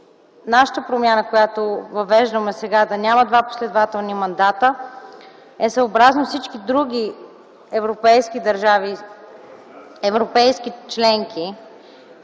промяната, която въвеждаме сега – да няма два последователни мандата, е съобразно всички други държави европейски членки.